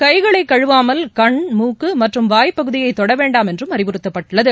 கைகளை கழுவாமல் கண் மூக்கு மற்றும் வாய் பகுதியை தொட வேண்டாம் என்றும் அறிவுறுத்தப்பட்டுள்ளது